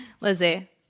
Lizzie